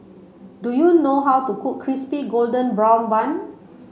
do you know how to cook crispy golden brown bun